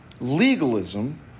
Legalism